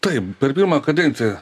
taip per pirmą kadenciją